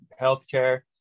healthcare